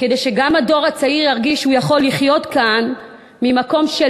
כדי שגם הדור הצעיר ירגיש שהוא יכול לחיות כאן ממקום של